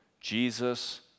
Jesus